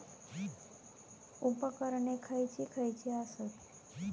उपकरणे खैयची खैयची आसत?